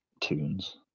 tunes